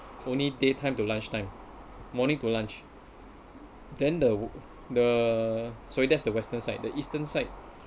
only daytime to lunchtime morning to lunch then the the sorry that's the western side the eastern side